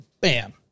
bam